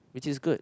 which is good